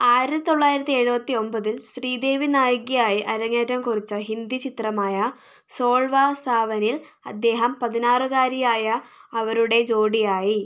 ആയിരത്തി തൊള്ളായിരത്തി എഴുപത്തി ഒമ്പതിൽ ശ്രീദേവി നായികയായി അരങ്ങേറ്റം കുറിച്ച ഹിന്ദി ചിത്രമായ സോൾവാസാവനിൽ അദ്ദേഹം പതിനാറുകാരിയായ അവരുടെ ജോഡിയായി